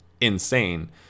insane